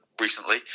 recently